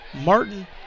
Martin